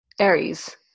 Aries